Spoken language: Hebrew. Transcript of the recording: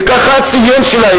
וככה הצביון שלה.